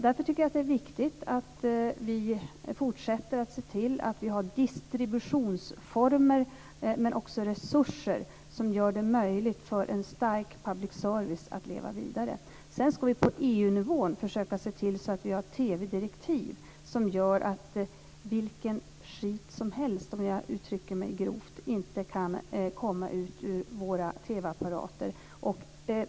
Därför tycker jag att det är viktigt att vi fortsätter att se till att vi har distributionsformer men också resurser som gör det möjligt för en stark public service att leva vidare. Sedan ska vi på EU-nivå försöka se till att vi har TV-direktiv som gör att vilken "skit" som helst, om jag uttrycker mig grovt, inte kan komma ut i våra TV-apparater.